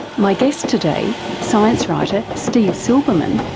my guest today, science writer steve silberman,